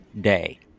day